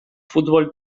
futbol